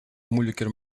moeilijker